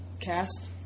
cast